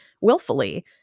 willfully